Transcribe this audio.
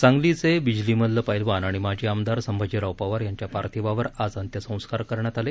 सांगलीचे बिजलीमल्ल पैलवान आणि माजी आमदार संभाजीराव पवार यांच्या पार्थिवावर आज अंत्यसंस्कार करण्यात आले